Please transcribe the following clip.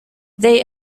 they